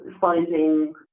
finding